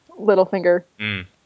Littlefinger